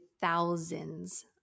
thousands